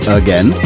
again